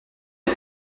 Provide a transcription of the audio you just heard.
les